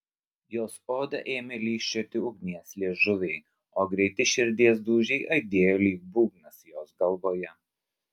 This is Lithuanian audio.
jos odą ėmė lyžčioti ugnies liežuviai o greiti širdies dūžiai aidėjo lyg būgnas jos galvoje